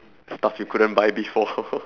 stuff you couldn't buy before